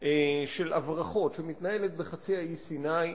של הברחות שמתנהלת בחצי האי סיני.